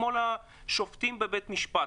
כמו לשופטים בבית המשפט,